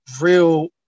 real